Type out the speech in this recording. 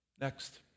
Next